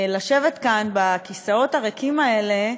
לשבת כאן, בכיסאות הריקים האלה,